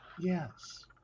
Yes